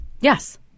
Yes